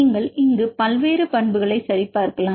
நீங்கள் இங்கு பல்வேறு பண்புகளை சரிபார்க்கலாம்